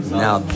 now